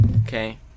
Okay